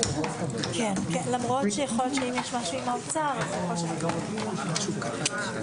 13:41.